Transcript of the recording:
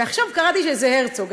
ועכשיו קראתי שזה הרצוג,